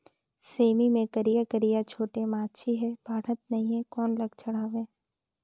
सेमी मे करिया करिया छोटे माछी हे बाढ़त नहीं हे कौन लक्षण हवय?